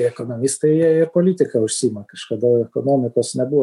ekonomistai jie ir politika užsiima kažkada ekonomikos nebuvo